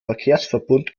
verkehrsverbund